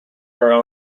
are